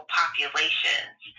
populations